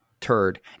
turd